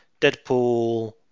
Deadpool